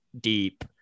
deep